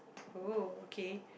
oh okay